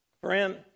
Friend